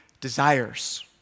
desires